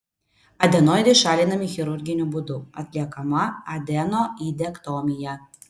adenoidai šalinami chirurginiu būdu atliekama adenoidektomija